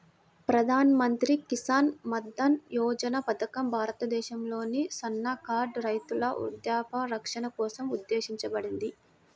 ప్రధాన్ మంత్రి కిసాన్ మన్ధన్ యోజన పథకం భారతదేశంలోని సన్నకారు రైతుల వృద్ధాప్య రక్షణ కోసం ఉద్దేశించబడింది